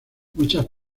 muchas